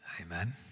Amen